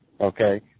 Okay